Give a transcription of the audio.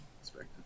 expected